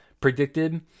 predicted